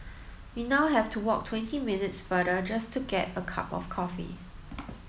we now have to walk twenty minutes farther just to get a cup of coffee